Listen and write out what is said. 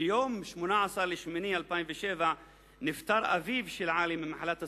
ביום 18 באוגוסט 2007 נפטר אביו של עלי ממחלת הסרטן.